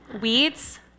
weeds